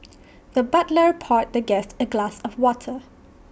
the butler poured the guest A glass of water